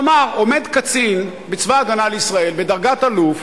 כלומר, עומד קצין בצבא-הגנה לישראל, בדרגת אלוף,